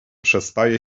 przestaje